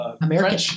American